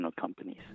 companies